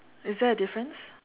is there a difference